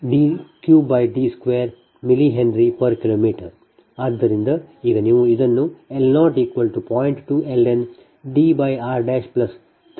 ಈಗ ನೀವು ಇದನ್ನು L00